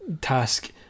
task